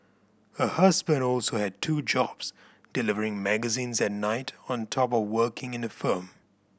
her husband also had two jobs delivering magazines at night on top of working in a firm